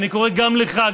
אני קורא גם לך,